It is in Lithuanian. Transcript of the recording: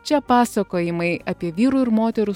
čia pasakojimai apie vyrų ir moterų